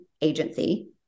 agency